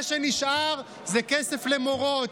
מה שנשאר זה כסף למורות,